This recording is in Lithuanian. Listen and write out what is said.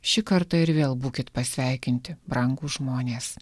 šį kartą ir vėl būkit pasveikinti brangūs žmonės